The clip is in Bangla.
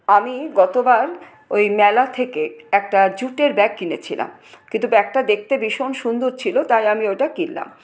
আমি গতবার ওই মেলা থেকে একটা জুটের ব্যাগ কিনেছিলাম কিন্তু ব্যাগটা দেখতে ভীষণ সুন্দর ছিল তাই আমি ওইটা কিনলাম